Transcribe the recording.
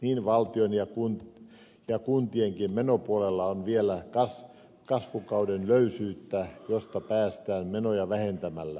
niin valtion kuin kuntienkin menopuolella on vielä kasvukauden löysyyttä josta päästään menoja vähentämällä